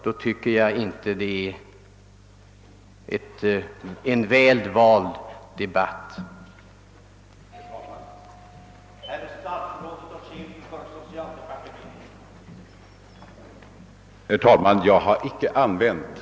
Jag tycker inte att man bör använda den debattekniken i denna fråga.